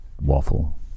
waffle